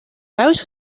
thuis